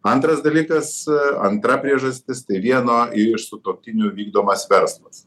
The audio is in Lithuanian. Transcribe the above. antras dalykas antra priežastis tai vieno iš sutuoktinių vykdomas verslas